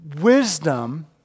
wisdom